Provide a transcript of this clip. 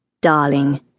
Darling